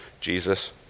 Jesus